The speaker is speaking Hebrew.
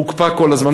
הוא הוקפא כל הזמן,